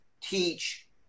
teach